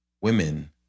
Women